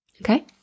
Okay